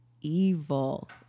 evil